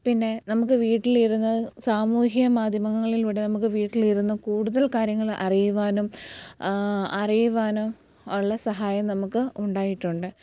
പിന്നെ നമുക്ക് വീട്ടിലിരുന്ന് സാമൂഹ്യ മാധ്യമങ്ങളിലൂടെ നമുക്ക് വീട്ടിലിരുന്ന് കൂടുതൽ കാര്യങ്ങൾ അറിയുവാനും അറിയുവാനും ഉള്ള സഹായം നമുക്ക് ഉണ്ടായിട്ടുണ്ട്